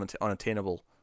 unattainable